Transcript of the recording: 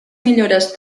millores